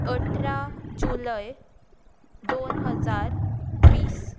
अठरा जुलय दोन हजार वीस